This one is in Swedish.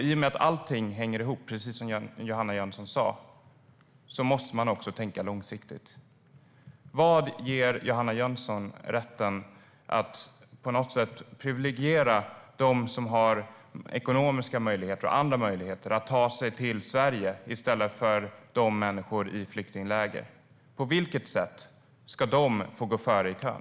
I och med att allting hänger ihop, precis som Johanna Jönsson sa, måste man också tänka långsiktigt. Vad ger Johanna Jönsson rätten att på något sätt ge privilegier till dem som har ekonomiska och andra möjligheter att ta sig till Sverige i stället för till människorna i flyktingläger? På vilket sätt ska de få gå före i kön?